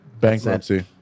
Bankruptcy